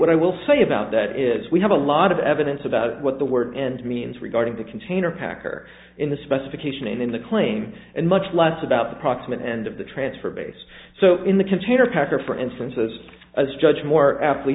what i will say about that is we have a lot of evidence about what the word and means regarding the container pack are in the specification and in the claim and much less about the proximate end of the transfer base so in the container packer for instance has as judge more a